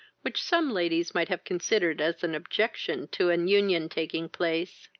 which some ladies might have considered as an objection to an union taking place.